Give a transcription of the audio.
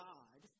God